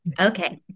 okay